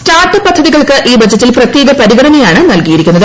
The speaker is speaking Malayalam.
സ്റ്റാർട്ട് അപ്പ് പദ്ധതികൾക്ക് ഈ ബജറ്റിൽ പ്രത്യേക പരിഗണനയാണ് നൽകിയിരിക്കുന്നത്